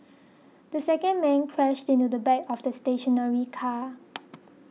the second man crashed into the back of the stationary car